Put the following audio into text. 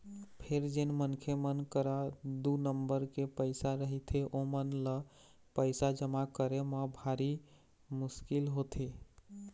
फेर जेन मनखे मन करा दू नंबर के पइसा रहिथे ओमन ल पइसा जमा करे म भारी मुसकिल होथे